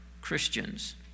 Christians